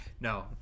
No